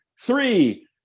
three